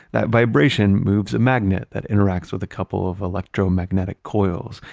that vibration moves a magnet that interacts with a couple of electromagnetic coils,